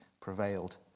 prevailed